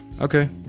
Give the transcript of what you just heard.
Okay